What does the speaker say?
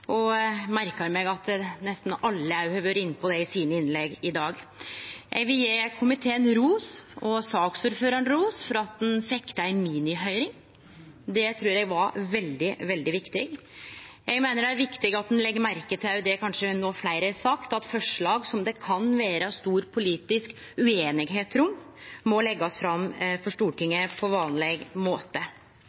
og eg merkar meg at nesten alle har vore inne på det i innlegga sine i dag. Eg vil gje komiteen og saksordføraren ros for at ein fekk til ei minihøyring. Det trur eg var veldig, veldig viktig. Eg meiner det er viktig at ein legg merke til det kanskje fleire har sagt no: at forslag som det kan vere stor politisk ueinigheit rundt, må leggjast fram for Stortinget på vanleg måte.